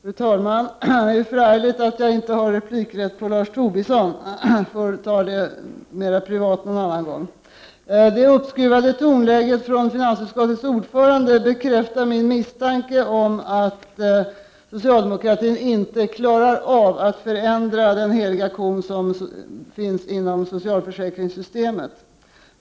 Fru talman! Det är förargligt att jag inte har replikrätt på Lars Tobisson. Men vi får väl göra upp den här saken mer privat någon annan gång. Det uppskruvade tonläget hos finansutskottets ordförande bekräftar min misstanke om att socialdemokratin inte klarar av att förändra den heliga ko som det nuvarande socialförsäkringssystemet utgör.